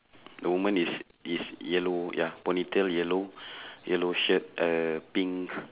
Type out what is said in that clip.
the woman is is yellow ya ponytail yellow yellow shirt uh pink